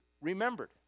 remembered